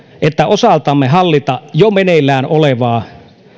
että osaltamme hallita jo meneillään olevaa